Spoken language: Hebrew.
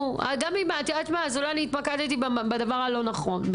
אולי התמקדתי בדבר הלא נכון,